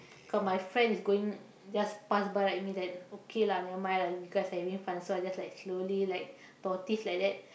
cause my friend is going just pass by like me then okay lah never mind lah you guys having fun so I just like slowly like tortoise like that